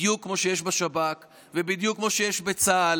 בדיוק כמו שיש בשב"כ ובדיוק כמו שיש בצה"ל,